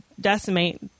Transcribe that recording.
decimate